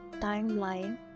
timeline